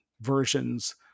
versions